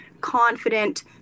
confident